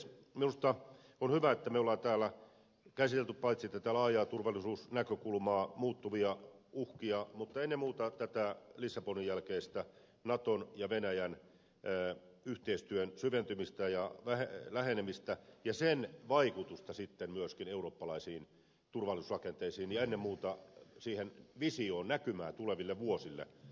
minusta on hyvä että me olemme täällä käsitelleet tätä laajaa turvallisuusnäkökulmaa muuttuvia uhkia mutta ennen muuta tätä lissabonin jälkeistä naton ja venäjän yhteistyön syventymistä ja lähenemistä ja sen vaikutusta sitten myöskin eurooppalaisiin turvallisuusrakenteisiin ja ennen muuta siihen visioon näkymään tuleville vuosille